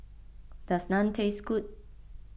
does Naan taste good